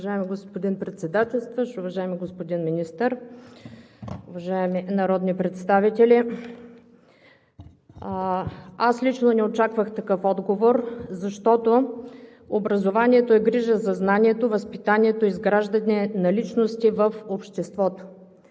Уважаеми господин Председателстващ, уважаеми господин Министър, уважаеми народни представители! Аз лично не очаквах такъв отговор, защото образованието е грижа за знанието, възпитанието, изграждане на личности в обществото